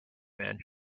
man